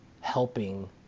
helping